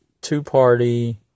two-party